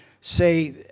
say